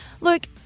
Luke